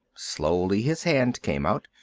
slowly his hand came out.